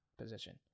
position